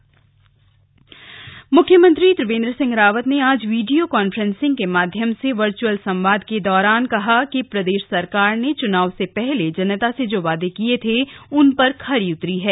मुख्यमंत्री वर्चुअल संवाद मुख्यमंत्री त्रिवेन्द्र सिंह रावत ने आज वीडियो कांफ्रेसिंग के माध्यम से वर्चअल संवाद के दौरान कहा है कि प्रदेश सरकार ने चुनाव से पहले जनता से जो वादे किए थे उन पर खरी उतरी हैं